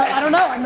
i don't know,